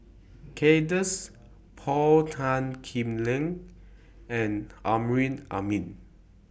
Kay Das Paul Tan Kim Liang and Amrin Amin